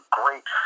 great